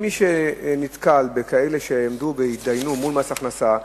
מי שנתקל בכאלה שעמדו והתדיינו מול מס הכנסה,